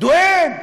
דואג.